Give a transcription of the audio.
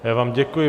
Já vám děkuji.